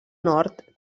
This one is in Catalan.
nord